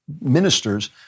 ministers